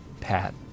Pat